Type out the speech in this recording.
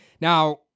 Now